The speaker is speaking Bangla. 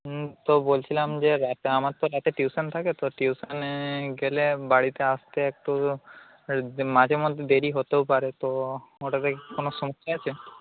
হুম তো বলছিলাম যে একটা আমার তো একটা টিউশন থাকে তো টিউশনে গেলে বাড়িতে আসতে একটু মাঝের মধ্যে দেরিও হতেও পারে তো ওটাতে কোনো সমস্যা আছে